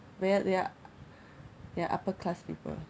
well ya ya upper class people